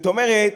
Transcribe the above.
זאת אומרת,